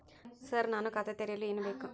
Sir ನಾನು ಖಾತೆ ತೆರೆಯಲು ಏನು ಬೇಕು?